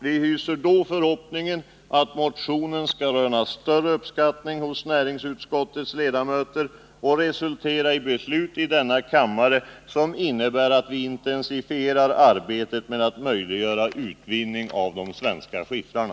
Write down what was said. Vi hyser förhoppningen att motionen då skall röna större uppskattning hos näringsutskottets ledamöter och resultera i beslut i denna kammare som innebär att vi intensifierar arbetet med att möjliggöra utvinning av de svenska skiffrarna.